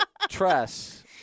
Tress